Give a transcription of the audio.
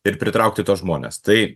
ir pritraukti tuos žmones tai